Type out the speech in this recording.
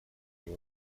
его